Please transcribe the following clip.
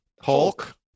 Hulk